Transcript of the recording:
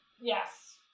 Yes